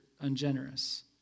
Ungenerous